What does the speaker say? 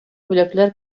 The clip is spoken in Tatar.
бүләкләр